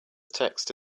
text